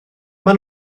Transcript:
mae